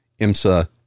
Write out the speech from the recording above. IMSA